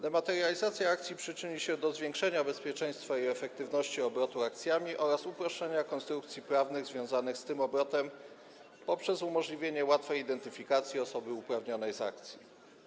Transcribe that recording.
Dematerializacja akcji przyczyni się do zwiększenia bezpieczeństwa i efektywności obrotu akcjami oraz uproszczenia konstrukcji prawnych związanych z tym obrotem poprzez umożliwienie łatwej identyfikacji osoby uprawnionej z akcji.